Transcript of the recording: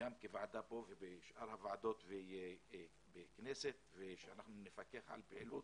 גם כוועדה פה ובשאר ועדות הכנסת, שנפקח על פעילות